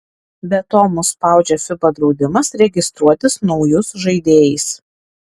be to mus spaudžia fiba draudimas registruotis naujus žaidėjais